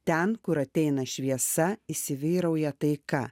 ten kur ateina šviesa įsivyrauja taika